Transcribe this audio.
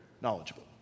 knowledgeable